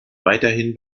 weiterhin